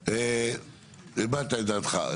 טוב, הבעת את דעתך.